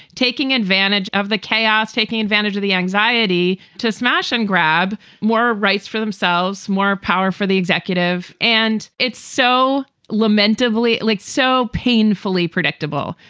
taking advantage of the chaos, taking advantage of the anxiety to smash and grab more rights for themselves, more power for the executive and it's so lamentably like so painfully predictable,